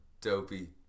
dopey